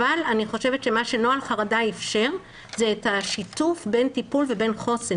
אבל אני חושבת שמה שנוהל חרדה איפשר זה את השיתוף בין טיפול ובין חוסן.